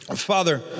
Father